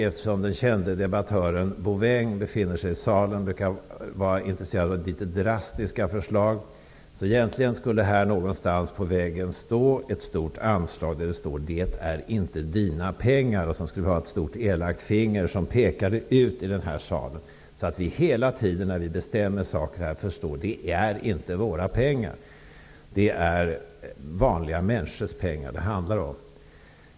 Eftersom den kände debattören Bouvin som brukar vara intresserad av drastiska förslag befinner sig i salen, kan jag säga att det egentligen någonstans på väggen här i kammaren borde finnas ett stort anslag där det skulle stå: Det är inte dina pengar! Det skulle finnas ett stort elakt finger som pekade ut i denna sal så att vi hela tiden när vi bestämmer saker förstår att det inte är våra pengar. Det är vanliga människors pengar det handlar om.